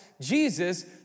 Jesus